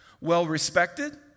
well-respected